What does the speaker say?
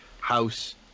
house